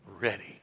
ready